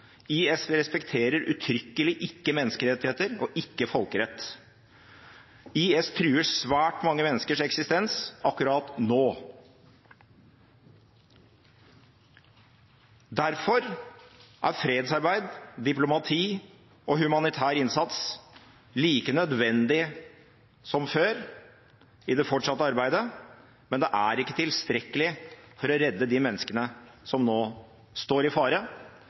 respekterer uttrykkelig ikke menneskerettigheter og ikke folkerett. IS truer svært mange menneskers eksistens akkurat nå. Derfor er fredsarbeid, diplomati og humanitær innsats like nødvendig som før i det fortsatte arbeidet, men det er ikke tilstrekkelig for å redde de menneskene som nå står i fare